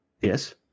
Yes